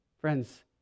Friends